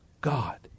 God